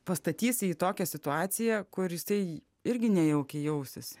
pastatysi į tokią situaciją kur jisai irgi nejaukiai jausis